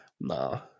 No